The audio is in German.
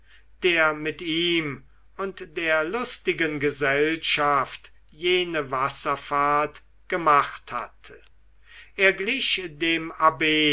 der mit ihm und der lustigen gesellschaft jene wasserfahrt gemacht hatte er glich dem abb